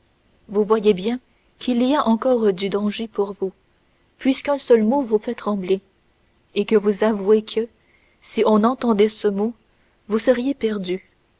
vous voyez bien qu'il y a encore du danger pour vous puisqu'un seul mot vous fait trembler et que vous avouez que si on entendait ce mot vous seriez perdue